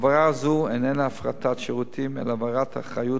העברה זו איננה הפרטת שירותים אלא העברת האחריות